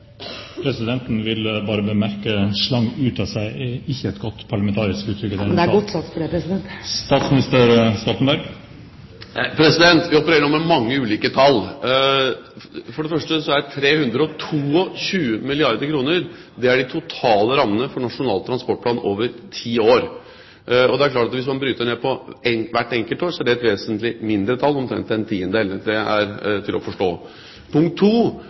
Presidenten vil bemerke at «slang ut av seg» ikke er et godt parlamentarisk uttrykk. Det er godt sagt for det. Vi opererer nå med mange ulike tall. For det første er 322 milliarder kr de totale rammene for Nasjonal transportplan over ti år, og det er klart at hvis man bryter ned på hvert enkelt år, så er det et vesentlig mindre tall – omtrent 1/10>. Det er til å forstå. Punkt